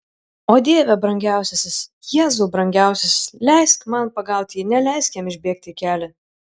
o dieve brangiausiasis jėzau brangiausiasis leisk man pagauti jį neleisk jam išbėgti į kelią